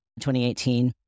2018